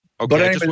Okay